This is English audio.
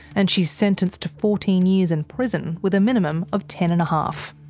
and she's sentenced to fourteen years in prison, with a minimum of ten and a half.